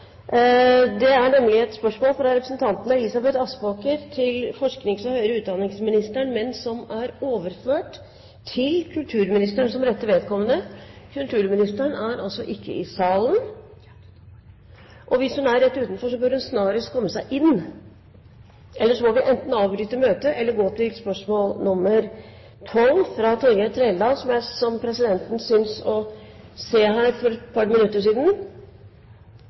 det ekstra, utover livsopphold, som det her er snakk om. Dette spørsmålet, fra representanten Elisabeth Aspaker til forsknings- og høyere utdanningsministeren, vil bli besvart av kulturministeren som rette vedkommende. Men har vi et problem. Kulturministeren er ikke i salen. Hvis hun er rett utenfor, bør hun snarest komme seg inn, ellers må vi enten avbryte møtet eller gå videre til spørsmål 12. – Her kommer imidlertid kulturministeren. «Studentene ved det nye kunstakademiet i Tromsø opplever nå at de stenges ute fra